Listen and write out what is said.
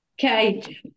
okay